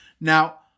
Now